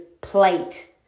plate